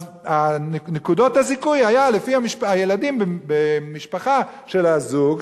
אז נקודות הזיכוי היו לפי הילדים במשפחה של הזוג,